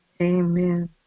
Amen